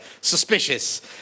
suspicious